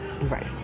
Right